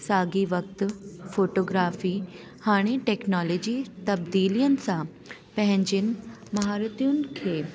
साॻी वक़्ति फ़ोटोग्राफ़ी हाणे टेक्नोलॉजी तब्दीलियुनि सां पंहिंजियुनि महारथियुनि खे